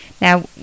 Now